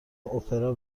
اپرا